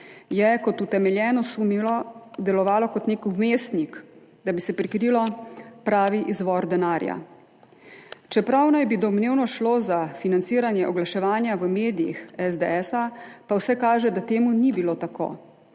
se je utemeljeno sumilo, delovalo kot nek vmesnik, da bi se prikrilo pravi izvor denarja. Čeprav naj bi domnevno šlo za financiranje oglaševanja SDS v medijih, pa vse kaže, da ni bilo tako.